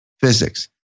physics